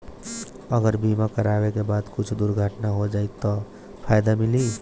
अगर बीमा करावे के बाद कुछ दुर्घटना हो जाई त का फायदा मिली?